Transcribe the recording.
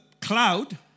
cloud